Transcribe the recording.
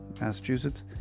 Massachusetts